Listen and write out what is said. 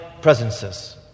presences